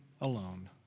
alone